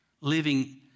living